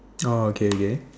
oh okay okay